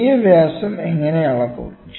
ചെറിയ വ്യാസം എങ്ങനെ അളക്കും